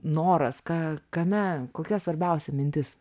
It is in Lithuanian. noras ką kame kokia svarbiausia mintis